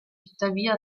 tuttavia